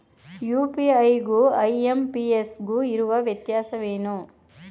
UPI ಗು IMPS ಗು ಇರುವ ವ್ಯತ್ಯಾಸವೇನು?